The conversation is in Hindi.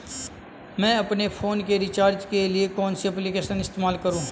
मैं अपने फोन के रिचार्ज के लिए कौन सी एप्लिकेशन इस्तेमाल करूँ?